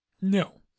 No